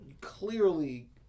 clearly